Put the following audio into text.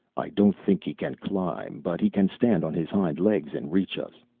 i don't think he can climb, but he can stand on his hind-legs and reach us